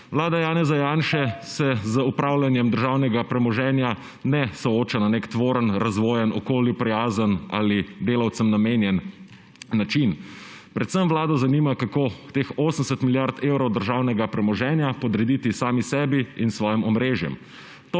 Vlada Janeza Janše se z upravljanjem državnega premoženja ne sooča na nek tvoren razvojen okolju prijazen ali delavcem namenjen način. Predvsem vlado zanima kako teh 80 milijard evrov državnega premoženja podrediti sami sebi in svojem omrežjem.